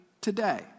today